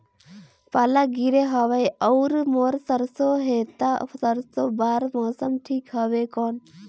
पाला गिरे हवय अउर मोर सरसो हे ता सरसो बार मौसम ठीक हवे कौन?